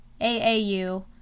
AAU